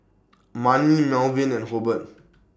Manie Malvin and Hobert